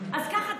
אז ככה,